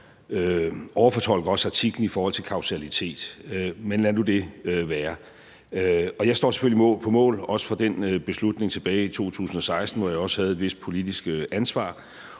overfortolker artiklen i forhold til kausaliteten, men lad nu det være – og jeg står selvfølgelig også på mål for den beslutning tilbage fra 2016, hvor jeg også havde et vist politisk ansvar,